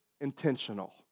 intentional